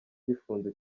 gifunze